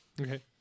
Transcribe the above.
Okay